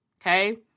okay